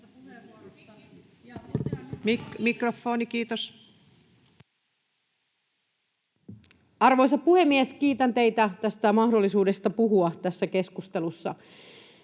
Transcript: Arvoisa puhemies! Kiitän teitä tästä mahdollisuudesta puhua tässä keskustelussa.